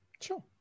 Sure